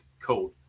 Code